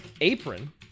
Apron